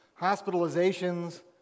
hospitalizations